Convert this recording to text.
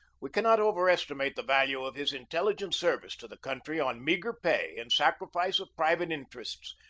we cannot overestimate the value of his in telligent service to the country on meagre pay in sacrifice of private interests,